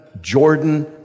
Jordan